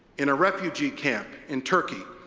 in a refugee camp in turkey,